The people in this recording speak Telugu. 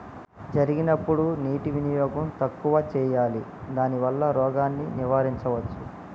జరిగినప్పుడు నీటి వినియోగం తక్కువ చేయాలి దానివల్ల రోగాన్ని నివారించవచ్చా?